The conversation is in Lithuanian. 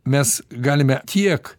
mes galime tiek